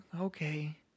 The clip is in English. Okay